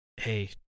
Hey